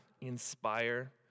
inspire